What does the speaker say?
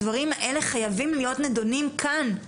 הדברים האלה חייבים להיות נדונים כאן,